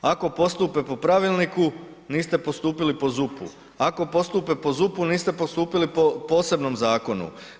Ako postupe po pravilniku niste postupili po ZUP-u, ako postupe po ZUP-u, niste postupili po posebnom zakonu.